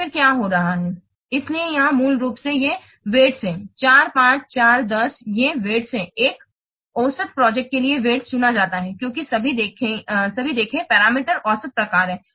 तो फिर क्या हो रहा है इसलिए यहां मूल रूप से ये भार हैं 4 5 और 4 10 ये वज़न हैं एक औसत प्रोजेक्ट के लिए वज़न चुना जाता है क्योंकि सभी देखें पैरामीटर औसत प्रकार हैं